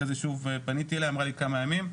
אחרי זה שוב פניתי אליה אמרה לי כמה ימים,